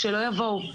שלא יבואו.